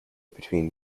between